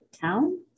town